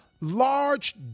large